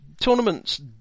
tournaments